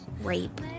rape